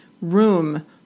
room